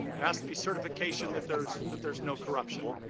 there has to be certification that there's that there's no corruption.